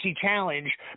Challenge